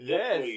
yes